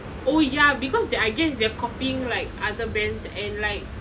oh yeah because they're I guess they're copying like other brands and like